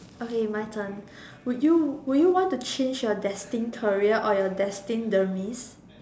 okay my turn would you would you want to change your destined career or your destined demise